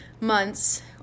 months